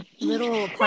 little